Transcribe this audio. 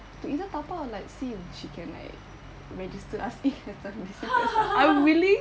to either dabao or like see if she can like register us in that time we said I'm willing